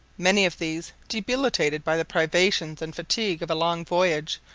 many of these, debilitated by the privations and fatigue of a long voyage,